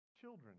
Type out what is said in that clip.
children